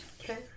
Okay